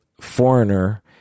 foreigner